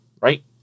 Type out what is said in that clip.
right